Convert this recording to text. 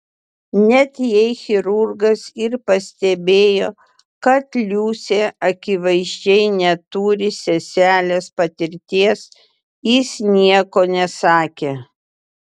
net jei chirurgas ir pastebėjo kad liusė akivaizdžiai neturi seselės patirties jis nieko nesakė